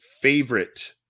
favorite